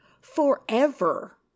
forever